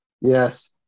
Yes